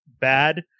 bad